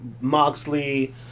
Moxley